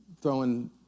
throwing